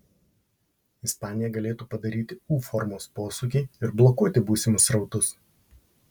ispanija galėtų padaryti u formos posūkį ir blokuoti būsimus srautus